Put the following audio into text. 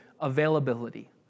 availability